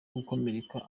gukomereka